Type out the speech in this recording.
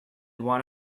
one